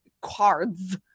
cards